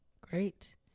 Great